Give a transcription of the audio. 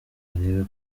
arebe